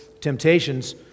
temptations